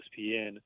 ESPN